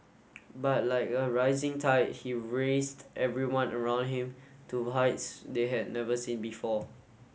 but like a rising tide he raised everyone around him to heights they had never seen before